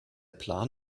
plan